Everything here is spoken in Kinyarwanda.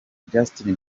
justin